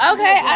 Okay